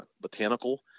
botanical